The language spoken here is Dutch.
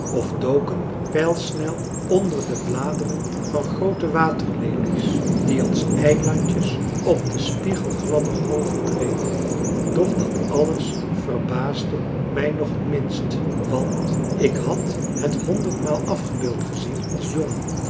of doken pijlsnel onder de bladeren van groote waterlelies die als eilandjes op de spiegelgladde golven dreven doch dat alles verbaasde mij nog het minst want ik had het honderdmaal afgebeeld gezien als jongen